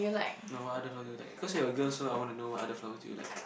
no what other flowers do you like cause you are girl so I wanna know what other flowers do you like